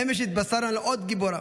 אמש התבשרנו על עוד גיבורה,